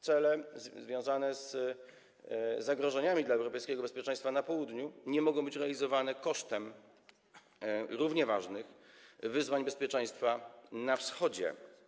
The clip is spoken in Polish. Cele związane z zagrożeniami dla europejskiego bezpieczeństwa na Południu nie mogą być realizowane kosztem równie ważnych wyzwań w zakresie bezpieczeństwa na Wschodzie.